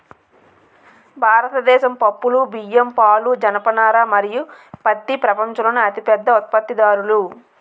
భారతదేశం పప్పులు, బియ్యం, పాలు, జనపనార మరియు పత్తి ప్రపంచంలోనే అతిపెద్ద ఉత్పత్తిదారులు